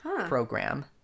program